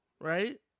right